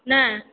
नहि